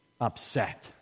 upset